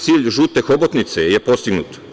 Cilj žute hobotnice je postignut.